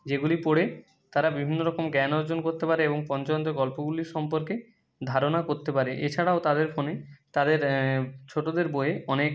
যেগুলি পড়ে তারা বিভিন্ন রকম জ্ঞান অর্জন করতে পারে এবং পঞ্চতন্ত্রের গল্পগুলি সম্পর্কে ধারণা করতে পারে এছাড়াও তাদের ফোনে তাদের ছোটদের বইয়ে অনেক